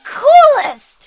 coolest